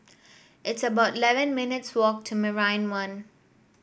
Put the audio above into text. it's about eleven minutes' walk to Marina One